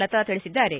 ಲತಾ ತಿಳಿಸಿದ್ದಾರೆ